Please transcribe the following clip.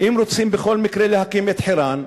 אם רוצים בכל מקרה להקים את חירן,